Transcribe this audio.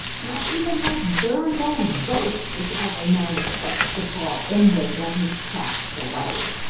not even that durned old goat which every man expects to fall in with when he's cast away.